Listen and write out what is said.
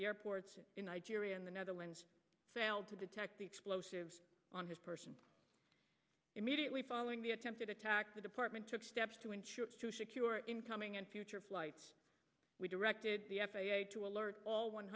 the airports in nigeria in the netherlands failed to detect explosives on his person immediately following the attempted attack the department took steps to ensure to secure incoming and future flights we directed the f a a to alert all one